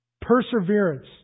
Perseverance